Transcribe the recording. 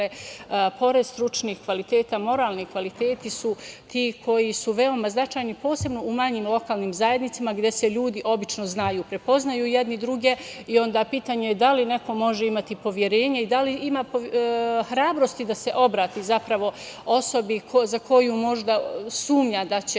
pored stručnih kvaliteta, moralni kvaliteti su ti koji su veoma značajni, posebno u manjim lokalnim zajednicama, gde se ljudi obično znaju, prepoznaju jedni druge i onda pitanje je da li neko može imati poverenja i da li ima hrabrosti da se obrati zapravo osobi za koju možda sumnja da će